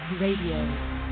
Radio